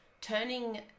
turning